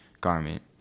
garment